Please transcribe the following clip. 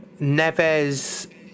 Neves